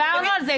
דיברנו על זה.